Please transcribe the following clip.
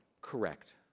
Correct